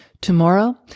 tomorrow